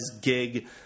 gig